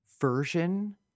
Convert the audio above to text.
version